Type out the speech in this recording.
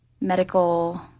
medical